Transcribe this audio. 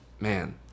man